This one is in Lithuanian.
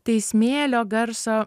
tai smėlio garso